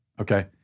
okay